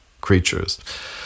creatures